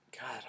God